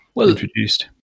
introduced